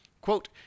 Quote